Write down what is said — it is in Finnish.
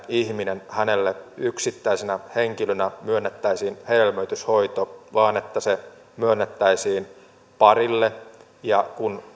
ihmiselle yksittäisenä henkilönä myönnettäisiin hedelmöityshoito vaan että se myönnettäisiin parille ja kun